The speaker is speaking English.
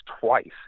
twice